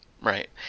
Right